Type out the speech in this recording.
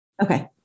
Okay